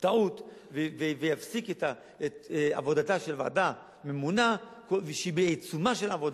טעות ואפסיק את עבודתה של ועדה ממונה כשהיא בעיצומה של עבודה,